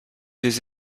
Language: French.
des